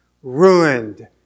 Ruined